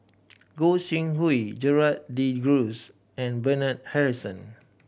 Goi Seng Hui Gerald De Cruz and Bernard Harrison